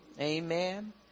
Amen